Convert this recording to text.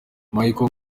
michael